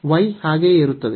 y ಹಾಗೆಯೇ ಇರುತ್ತದೆ